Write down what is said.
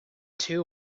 two